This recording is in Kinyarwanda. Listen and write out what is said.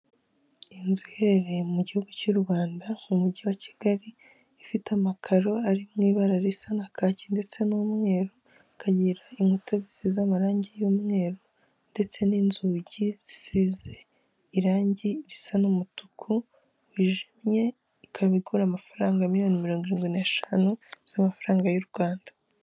Inzu iherereye mu gihugu cy'u Rwanda mu mujyi wa kigali, ifite amakaro ari mu ibara risa na kaki ndetse n'umweru, ikagira inkuta zisize amarangi y'umweru, ndetse n'inzugi zisize irangi risa n'umutuku wijimye, ikaba igura amafaranga miliyoni mirongo irindwi n'eshanu z'amafaranga y'u Rwanda.